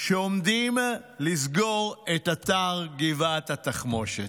שעומדים לסגור את אתר גבעת התחמושת.